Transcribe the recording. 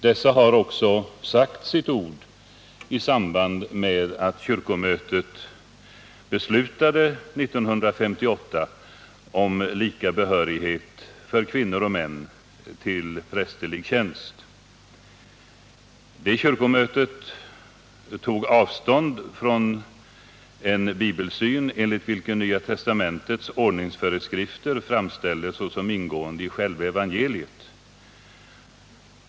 Dessa instanser har också sagt sitt ord i samband med att kyrkomötet 1958 beslutade om lika behörighet till prästerlig tjänst för kvinnor och män. Kyrkomötet tog avstånd från en bibelsyn, enligt vilken Nya testamentets ordningsföreskrifter framställs såsom ingående i själva evangeliet.